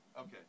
Okay